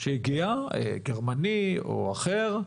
שהגיע גרמני או אחר,